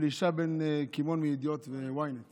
אלישע בן קימון מידיעות ו-ynet